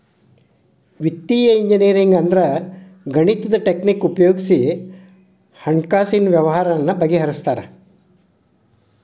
ವಿತ್ತೇಯ ಇಂಜಿನಿಯರಿಂಗ್ ಅಂದ್ರ ಗಣಿತದ್ ಟಕ್ನಿಕ್ ಉಪಯೊಗಿಸಿ ಹಣ್ಕಾಸಿನ್ ವ್ಯವ್ಹಾರಾನ ಬಗಿಹರ್ಸ್ತಾರ